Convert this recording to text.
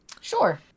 Sure